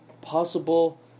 possible